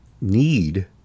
need